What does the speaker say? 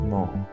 More